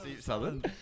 Southern